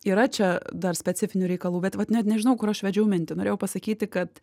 yra čia dar specifinių reikalų bet vat net nežinau kur aš vedžiau mintį norėjau pasakyti kad